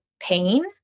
pain